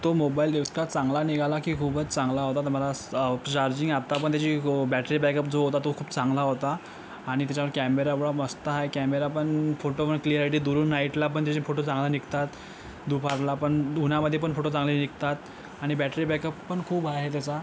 तो मोबाईल इतका चांगला निघाला की खूपच चांगला होता तर मला स चार्जिंग आत्ता पण त्याची बॅटरी बॅकअप जो होता तो खूप चांगला होता आणि त्याचा कॅमेरा एवढा मस्त आहे कॅमेरा पण फोटो पण क्लिआरीटी दुरून नाईटला पण त्याचे फोटो चांगले निघतात दुपारला पण उन्हामध्ये पण फोटो चांगले निघतात आणि बॅटरी बॅकअप पण खूप आहे त्याचा